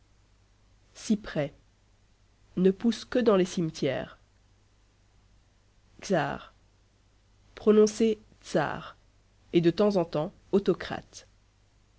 cyprès ne pousse que dans les cimetières czar prononcer tzar et de temps en temps autocrate